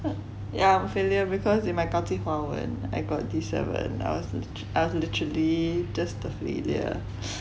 yeah failure because in my 高级华文 I got D seven I was I was literally just a failure